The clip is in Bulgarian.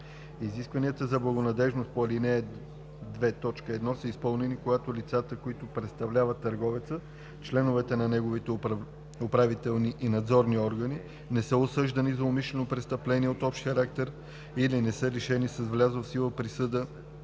Изискванията за благонадеждност по ал. 2, т. 1 са изпълнени, когато лицата, които представляват търговеца, членовете на неговите управителни и надзорни органи, не са осъждани за умишлено престъпление от общ характер или не са лишени с влязла в сила присъда